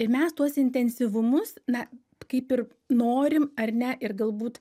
ir mes tuos intensyvumus na kaip ir norim ar ne ir galbūt